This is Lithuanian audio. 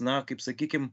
na kaip sakykim